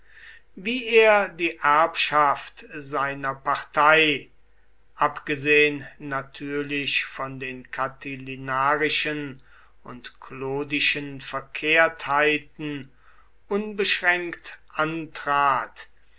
wie er die erbschaft seiner partei abgesehen natürlich von den catilinarischen und clodischen verkehrtheiten unbeschränkt antrat